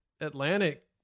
Atlantic